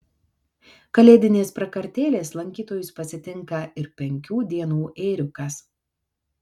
kalėdinės prakartėlės lankytojus pasitinka ir penkių dienų ėriukas